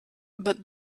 but